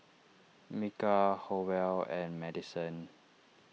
Micah Howell and Maddison